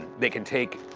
they can take,